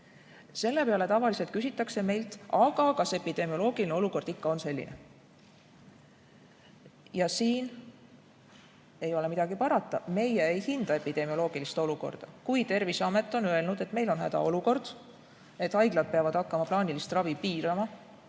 Selle peale tavaliselt küsitakse meilt, aga kas epidemioloogiline olukord ikka on selline. Siin ei ole midagi parata, meie ei hinda epidemioloogilist olukorda. Kui Terviseamet on öelnud, et meil on hädaolukord, et haiglad peavad hakkama plaanilist ravi piirama